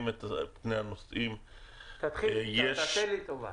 את פני הנוסעים -- תעשה לי טובה,